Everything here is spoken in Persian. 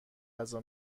غذا